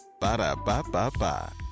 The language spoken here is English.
Ba-da-ba-ba-ba